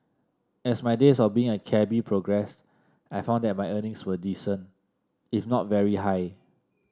as my days of being a cabby progressed I found that my earnings were decent if not very high